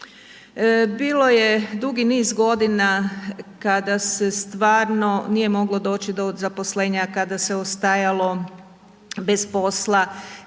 Bilo je dugi niz godina kada se stvarno nije moglo doći do zaposlenja, kada se ostajalo bez posla,